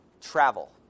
travel